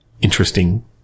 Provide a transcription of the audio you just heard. interesting